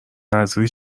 نذری